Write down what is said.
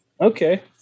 okay